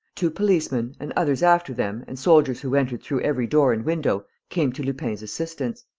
two policemen and others after them and soldiers who entered through every door and window came to lupin's assistance.